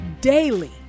Daily